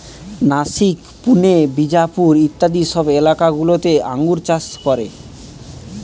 নাসিক, পুনে, বিজাপুর ইত্যাদি সব এলাকা গুলোতে আঙ্গুর চাষ করে